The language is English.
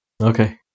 Okay